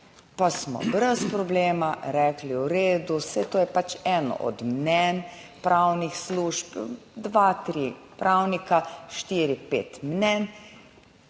pa smo brez problema rekli v redu, saj to je pač eno od mnenj pravnih služb dva, tri pravnika, štiri, pet mnenj,